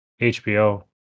HBO